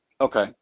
Okay